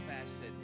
facet